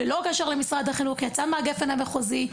ללא קשר למשרד החינוך אלא מהגפן המחוזי,